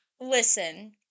Listen